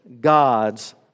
God's